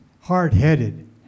hard-headed